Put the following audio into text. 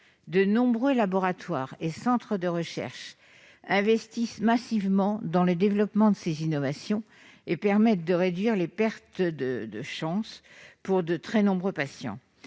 De nombreux laboratoires et centres de recherche investissent massivement dans le développement de ces innovations, qui permettent de réduire les pertes de chances de survie pour de très nombreux patients.